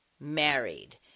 married